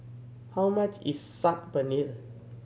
how much is Saag Paneer